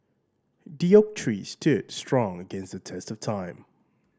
the oak tree stood strong against the test of time